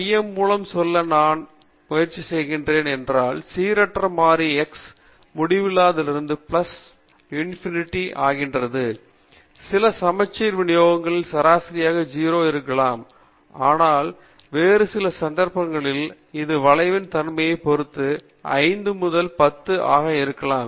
மையம் மூலம் சொல்ல நான் என்ன முயற்சி செய்கிறேன் என்றால் சீரற்ற மாறி x மைனஸ் முடிவிலா இருந்து பிளஸ் முடிவிலா ஆகிறது சில சமச்சீர் விநியோகங்களில் சராசரியாக 0 இருக்கலாம் ஆனால் வேறு சில சந்தர்ப்பங்களில் அது வளைவின் தன்மையைப் பொறுத்து 5 அல்லது 10 ஆக இருக்கலாம்